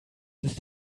ist